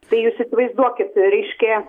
tai jūs įsivaizduokit reiškia